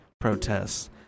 protests